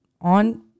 on